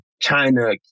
China